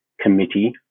Committee